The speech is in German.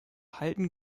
halten